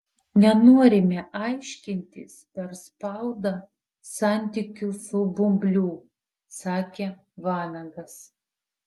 nenorime aiškintis per spaudą santykių su bumbliu sakė vanagas